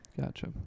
Gotcha